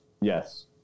Yes